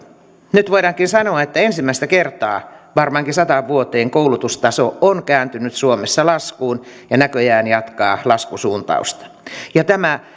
nyt voidaankin sanoa että ensimmäistä kertaa varmaankin sataan vuoteen koulutustaso on kääntynyt suomessa laskuun ja näköjään jatkaa laskusuuntausta ja tämä